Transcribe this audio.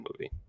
movie